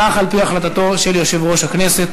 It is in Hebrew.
כך על-פי החלטתו של יושב-ראש הכנסת